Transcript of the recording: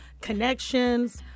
connections